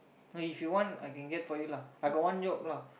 if you want I can get for you lah I got one job lah